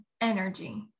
energy